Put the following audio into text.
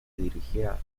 dirigía